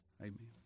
Amen